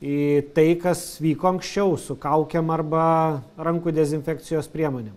į tai kas vyko anksčiau su kaukėm arba rankų dezinfekcijos priemonėm